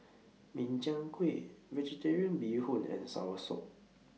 Min Chiang Kueh Vegetarian Bee Hoon and Soursop